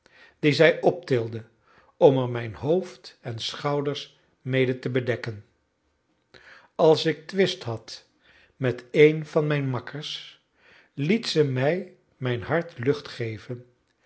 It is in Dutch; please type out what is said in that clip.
dien zij optilde om er mijn hoofd en schouders mede te bedekken als ik twist had met een van mijn makkers liet ze mij mijn hart lucht geven